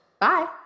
Bye